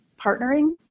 partnering